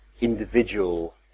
individual